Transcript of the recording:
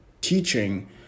teaching